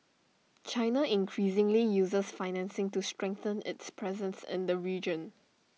China increasingly uses financing to strengthen its presence in the region